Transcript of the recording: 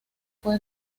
fue